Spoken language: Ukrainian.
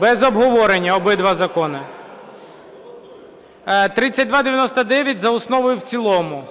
Без обговорення обидва закони. 3299 – за основу і в цілому.